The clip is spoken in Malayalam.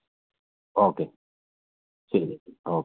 ഓക്കെ ശരി എന്നാൽ ഓക്കെ